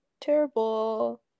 terrible